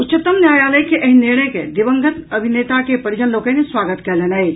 उच्चतम न्यायालयक एहि निर्णय के दिवंगत अभिनेता के परिजन लोकनि स्वागत कयलनि अछि